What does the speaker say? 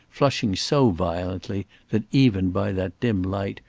flushing so violently that, even by that dim light,